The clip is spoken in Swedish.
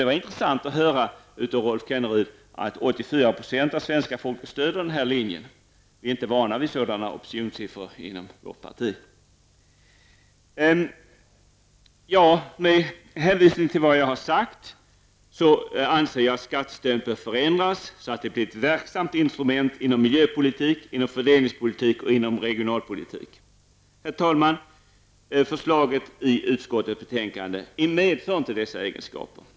Det var intressant att höra Rolf Kenneryd säga att 84 % av svenska folket stöder den här linjen. Inom vårt parti är vi inte vana vid sådana opinionssiffror. Med hänvisning till vad jag har sagt anser jag att skattesystemet bör förändras, så att det blir ett verksamt instrument inom miljöpolitik, fördelningspolitik och regionalpolitik. Herr talman! Ett genomförande av förslagen i betänkandet medför inte detta.